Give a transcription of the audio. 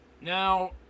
now